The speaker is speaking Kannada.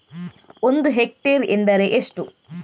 ಒಂದು ಹೆಕ್ಟೇರ್ ಎಂದರೆ ಎಷ್ಟು?